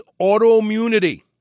autoimmunity